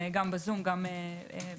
גם בזום וגם בוועדה.